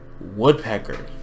woodpecker